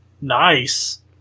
nice